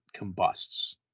combusts